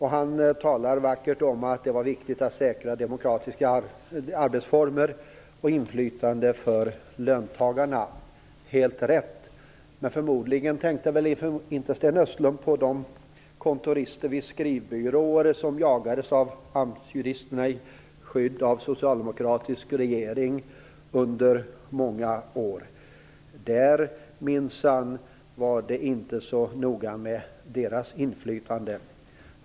Han talade vackert om att det var viktigt att säkra demokratiska arbetsformer och inflytande för löntagarna. Helt rätt. Men förmodligen tänkte inte Sten Östlund på de kontorister vid skrivbyråer som under många år jagades av juristerna i skydd av en socialdemokratisk regering. Med deras inflytande var det minsann inte så noga.